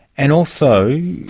and also,